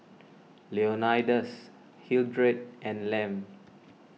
Leonidas Hildred and Lem